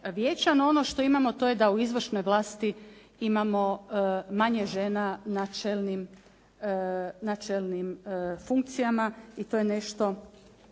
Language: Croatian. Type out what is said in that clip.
ono što imamo, to je da u izvršnoj vlasti imamo manje žena na čelnim funkcijama i to je nešto